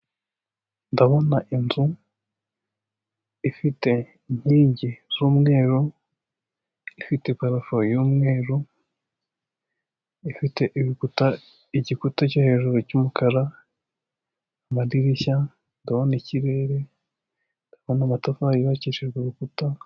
Ndabona inzu ifite inkingi z' umweru, ifite parafo y'umweru , ifite ibikuta, igikuta cyo hejuru cy' umukara, amadirishya, ndabona ikirere, ndabona amatafari yubakishije urukuta....